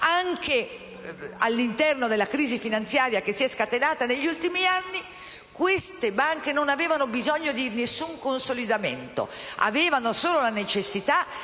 anche all'interno della crisi finanziaria scatenatasi negli ultimi anni, su banche che non avevano bisogno di alcun consolidamento. Avevano solo la necessità di